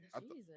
Jesus